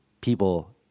people